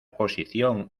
posición